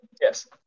Yes